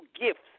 gifts